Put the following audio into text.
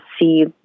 see